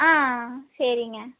ஆ சரிங்க